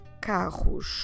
carros